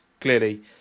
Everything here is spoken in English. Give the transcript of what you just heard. clearly